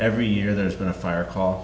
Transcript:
every year there's been a fire call